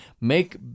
Make